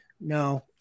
no